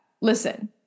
listen